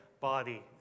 body